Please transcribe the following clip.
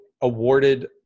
awarded